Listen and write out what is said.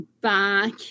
back